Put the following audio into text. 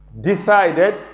decided